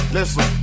Listen